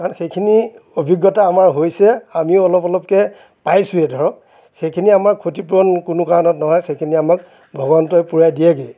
কাৰণ সেইখিনি অভিজ্ঞতা আমাৰ হৈছে আমি অলপ অলপকৈ পাইছোয়ে ধৰক সেইখিনি আমাৰ ক্ষতিপূৰণ কোনো কাৰণত নহয় সেইখিনি আমাক ভগৱন্তই পূৰাই দিয়েগৈয়ে